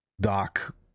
Doc